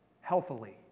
healthily